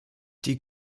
die